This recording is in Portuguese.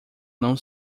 não